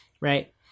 right